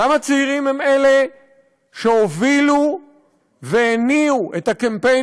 למה צעירים הם אלו שהובילו והניעו את הקמפיין